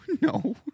no